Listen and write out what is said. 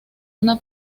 una